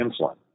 insulin